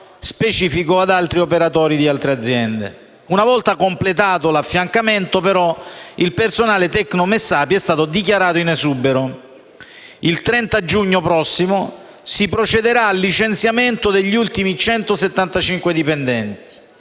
specifico ad operatori di altre aziende. Una volta completato l'affiancamento, però, il personale Tecnomessapia è stato dichiarato in esubero. Il 30 giugno prossimo si procederà al licenziamento degli ultimi 175 dipendenti.